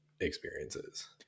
experiences